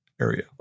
area